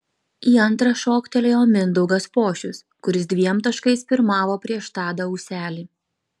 į antrą šoktelėjo mindaugas pošius kuris dviem taškais pirmavo prieš tadą ūselį